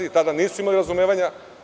Oni tada nisu imali razumevanja.